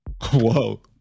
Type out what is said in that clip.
Whoa